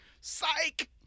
psych